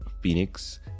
Phoenix